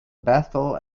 bethel